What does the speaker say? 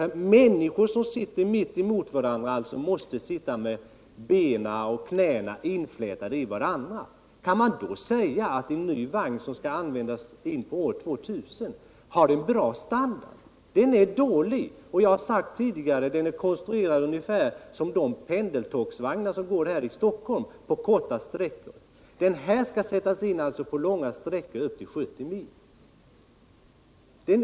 Passagerarna sitter mittemot varandra och tvingas fläta in benen och knäna i varandra. Kan man då säga att denna nya vagn, som skall användas en bit in på år 2000, har en bra standard? Den är dålig. Jag har sagt tidigare att den är konstruerad ungefär på samma sätt som de pendeltågsvagnar som går i Stockholm på korta sträckor. Den här vagnen skall sättas in på långa sträckor upp till 70 mil.